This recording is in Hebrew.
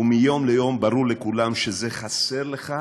ומיום ליום ברור לכולם שזה חסר לך